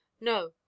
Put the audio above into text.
no